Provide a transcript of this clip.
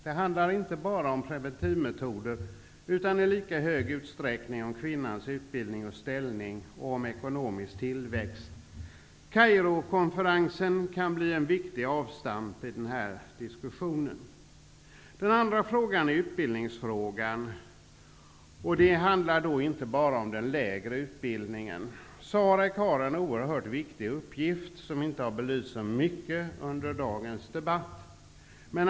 Den handlar inte bara om preventivmetoder utan i lika hög utsträckning om kvinnans utbildning och ställning och om ekonomisk tillväxt. Kairokonferensen kan bli ett viktigt avstamp i den här diskussionen. Det andra området gäller utbildningsfrågan. Det handlar då inte bara om den lägre utbildningen. SAREC har en oerhört viktig uppgift, som inte har belysts så mycket under dagens debatt.